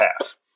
half